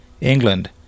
England